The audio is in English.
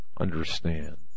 understand